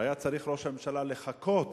והיה צריך ראש הממשלה לחכות,